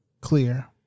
clear